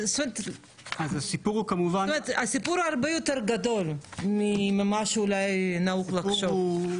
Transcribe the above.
הסיפור הרבה יותר גדול ממה שאולי נהוג לחשוב.